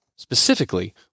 Specifically